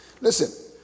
Listen